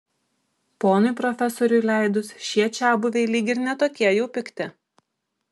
ponui profesoriui leidus šie čiabuviai lyg ir ne tokie jau pikti